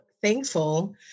Thankful